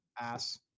ass